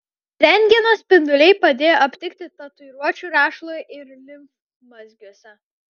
rentgeno spinduliai padėjo aptikti tatuiruočių rašalo ir limfmazgiuose